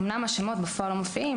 אמנם השמות לא מופיעים בפועל,